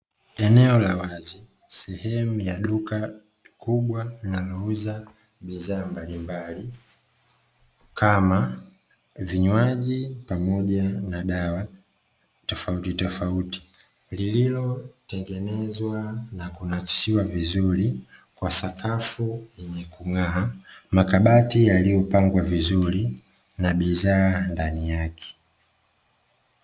Eneo la wazi, sehemu ya duka kubwa linalouuza bidhaa mbalimbali, kama vinywaji pamoja na dawa tofautitofauti lililo tengenezwa na kunakshiwa vizuri kwa sakafu yenye kung'aa, makabati yaliyopangwa vizuri na bidhaa ndani yake.